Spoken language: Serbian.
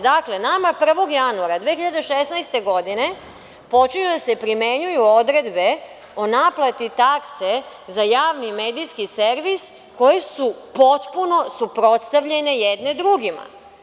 Dakle, nama 1. januara 2016. godine počinju da se primenjuju odredbe o naplati takse za javni medijski servis, koje su potpuno suprotstavljene jedne drugima.